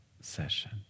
session